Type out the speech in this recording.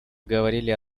говорили